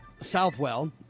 Southwell